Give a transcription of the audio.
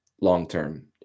long-term